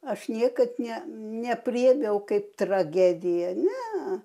aš niekad ne nepriėmiau kaip tragediją ne